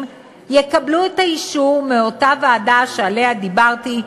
יקבלו את האישור מאותה ועדה שעליה דיברתי,